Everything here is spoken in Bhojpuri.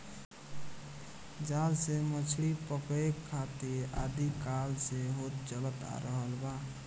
जाल से मछरी पकड़े के काम आदि काल से होत चलत आ रहल बा